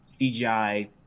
CGI